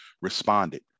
responded